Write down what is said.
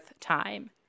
time